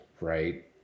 right